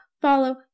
follow